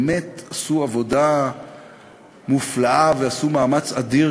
באמת עשו עבודה נפלאה ועשו מאמץ אדיר